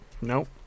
Nope